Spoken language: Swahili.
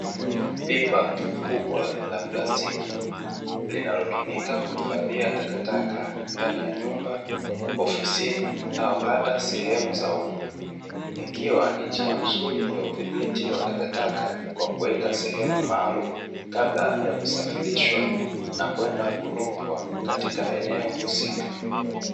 Pipa kubwa la plastiki linalotumika kuhifadhia takataka ndani ya nyumba, ofisini au hata sehemu za umma, ikiwa ni njia nzuri ya udhibiti wa takataka kwa kuweka sehemu maalumu kabla ya kusafirishwa na kwenda kutupwa katika eneo husika.